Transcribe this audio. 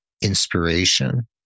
inspiration